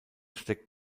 steckt